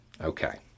Okay